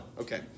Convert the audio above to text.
Okay